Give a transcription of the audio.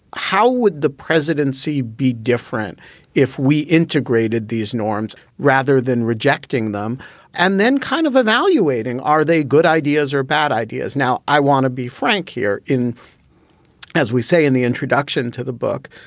how would the presidency be different if we integrated these norms rather than rejecting them and then kind of evaluating are they good ideas or bad ideas? now, i want to be frank here in as we say in the introduction to the book,